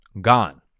gone